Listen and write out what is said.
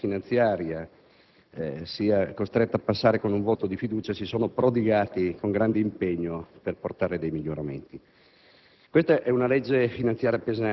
che, nonostante la finanziaria sia costretta a passare con un voto di fiducia, si sono prodigati con grande impegno per portare taluni miglioramenti.